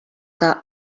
que